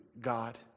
God